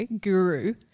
guru